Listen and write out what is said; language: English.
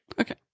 Okay